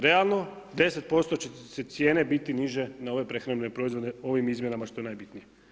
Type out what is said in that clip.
Realno, 10% će cijene biti niže na ove prehrambene proizvode ovim izmjenama, što je najbitnije.